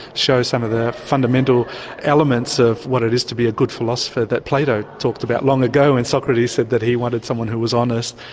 show some of the fundamental elements of what it is to be a good philosopher that plato talked about long ago when socrates said that he wanted someone who was honest,